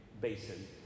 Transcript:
basin